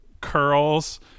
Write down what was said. curls